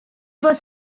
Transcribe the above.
was